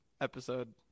episode